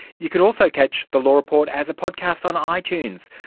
you can also catch the law report as a podcast on ah itunes.